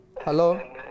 Hello